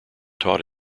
taught